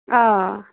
آ